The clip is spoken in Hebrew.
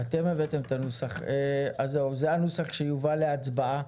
אז זה הנוסח שיובא להצבעה.